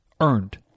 earned